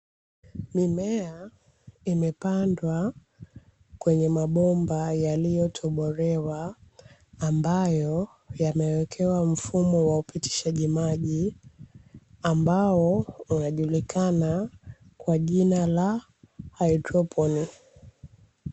Mimea imepandwa kwenye mabomba yaliyotobolewa, ambayo yamewekewa mfumo wa upitishaji maji, ambao unajulikana kwa jina la haidroponi.